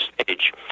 stage